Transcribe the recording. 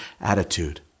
attitude